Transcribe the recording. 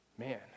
man